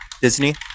Disney